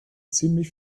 ziemlich